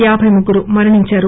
యాబై ముగ్గురు మరణించారు